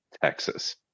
Texas